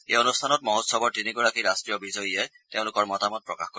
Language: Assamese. এই অনুষ্ঠানত মহোৎসৱৰ তিনিগৰাকী ৰাষ্ট্ৰীয় বিজয়ীয়ে তেওঁলোকৰ মতামত প্ৰকাশ কৰিব